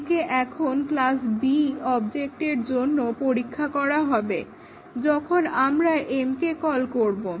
একে এখন class B অবজেক্টের জন্য পরীক্ষা করা হবে যখন আমরা m কে কল করব